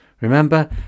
Remember